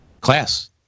Class